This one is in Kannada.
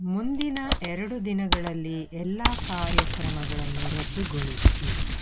ಮುಂದಿನ ಎರಡು ದಿನಗಳಲ್ಲಿ ಎಲ್ಲ ಕಾರ್ಯಕ್ರಮಗಳನ್ನು ರದ್ದುಗೊಳಿಸಿ